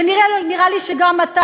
ונראה לי שגם אתה,